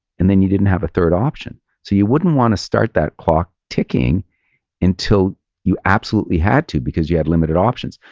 and then you didn't have a third option. so you wouldn't want to start that clock ticking until you absolutely had to because you had limited options.